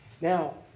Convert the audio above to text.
Now